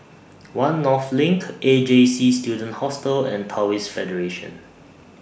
one North LINK A J C Student Hostel and Taoist Federation